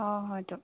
অঁ হয়তো